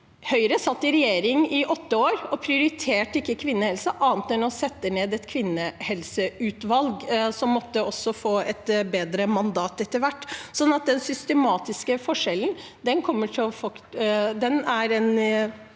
Høyre satt i regjering i åtte år og prioriterte ikke kvinnehelse – annet enn å sette ned et kvinnehelseutvalg, som også måtte få et bedre mandat etter hvert. Den systematiske forskjellen er en